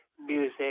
music